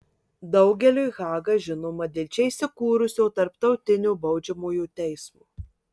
daugeliui haga žinoma dėl čia įsikūrusio tarptautinio baudžiamojo teismo